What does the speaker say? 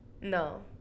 No